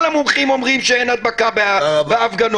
כל המומחים אומרים שאין הדבקה בהפגנות.